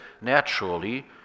naturally